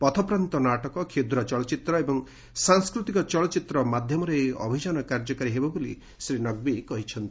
ପଥପ୍ରାନ୍ତ ନାଟକ କ୍ଷୁଦ୍ର ଚଳଚ୍ଚିତ୍ର ଏବଂ ସାଂସ୍କତିକ ଚଳଚ୍ଚିତ୍ର ମାଧ୍ୟମରେ ଏହି ଅଭିଯାନ କାର୍ଯ୍ୟକାରୀ ହେବ ବୋଲି ଶ୍ରୀ ନକ୍ଭି କହିଛନ୍ତି